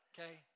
Okay